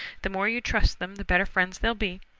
the more you trust them the better friends they'll be.